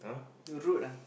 you rude lah